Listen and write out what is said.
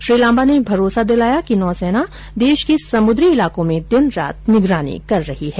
श्री लांबा ने भरोसा दिलाया है कि नौसेना देश के समुद्री इलाकों में दिन रात निगरानी कर रही हैं